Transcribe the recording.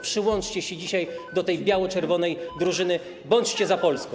Przyłączcie się dzisiaj do tej biało-czerwonej drużyny, bądźcie za Polską.